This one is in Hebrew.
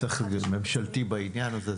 צריך --- ממשלתי בעניין הזה.